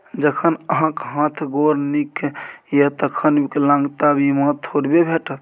जखन अहाँक हाथ गोर नीक यै तखन विकलांगता बीमा थोड़बे भेटत?